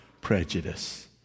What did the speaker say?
prejudice